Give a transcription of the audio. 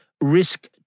risk